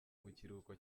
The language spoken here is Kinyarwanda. mukiruhuko